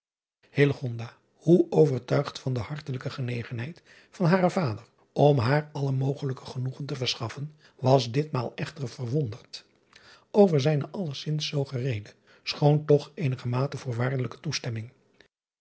hoe overtuigd van de hartelijke genegenheid van haren vader om haar allen mogelijken genoegen te verschaffen was ditmaal echter verwonderd over zijne allezins zoo gereede schoon toch eenigermate voorwaardelijke toestemming